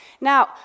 Now